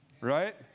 Right